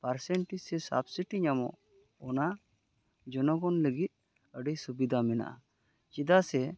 percentage ᱥᱮ subsidy ᱧᱟᱢᱚᱜ ᱚᱱᱟ ᱡᱚᱱᱚᱜᱚᱱ ᱞᱟᱹᱜᱤᱫ ᱟᱹᱰᱤ ᱥᱩᱵᱤᱫᱷᱟ ᱢᱮᱱᱟᱜᱼᱟ ᱪᱮᱫᱟᱜ ᱥᱮ